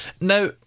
Now